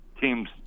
teams